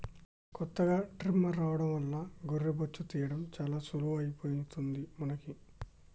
కొత్తగా ట్రిమ్మర్ రావడం వల్ల గొర్రె బొచ్చు తీయడం చాలా సులువుగా అయిపోయింది మనకి